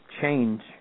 change